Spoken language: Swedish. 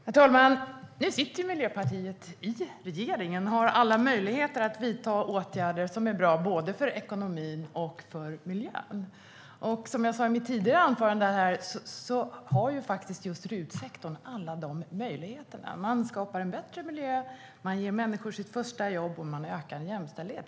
Herr talman! Nu sitter ju Miljöpartiet i regeringen och har alla möjligheter att vidta åtgärder som är bra både för ekonomin och för miljön. Som jag sa i mitt tidigare anförande har just RUT-sektorn alla dessa möjligheter. Man skapar en bättre miljö, man ger människor deras första jobb och man ökar jämställdheten.